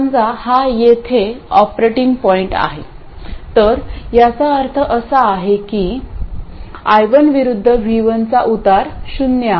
समजा हा येथे ऑपरेटिंग पॉईंट आहे तर याचा अर्थ असा की I1 विरुद्ध V1 चा उतार शून्य आहे